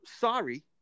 sorry